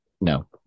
No